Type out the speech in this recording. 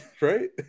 Right